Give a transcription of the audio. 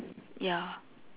ya